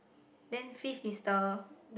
then fifth is the